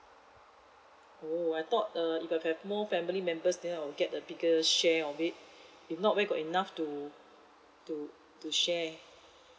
oh I thought err if I have more family members then I'll get a bigger share of it if not where got enough to to to share